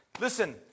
Listen